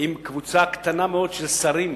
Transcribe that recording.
עם קבוצה קטנה מאוד של שרים,